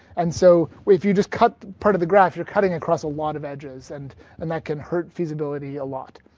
and so if you just cut part of the graph, you're cutting across a lot of edges and and that can hurt feasibility a lot.